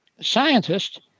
scientist